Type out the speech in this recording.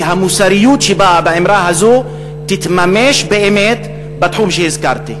והמוסריות שבאה באמרה הזו תתממש באמת בתחום שהזכרתי.